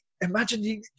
imagine